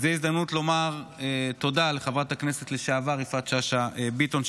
וזו ההזדמנות לומר תודה לחברת הכנסת לשעבר יפעת שאשא ביטון,